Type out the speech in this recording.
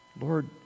Lord